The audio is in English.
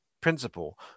principle